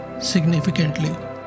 significantly